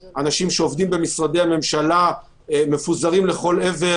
אין בתקנות האלה בשום צורה שהיא משהו שנותן עדיפות לכם על תעודה אחרת.